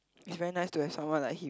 is very nice to have someone like him